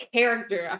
character